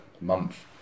month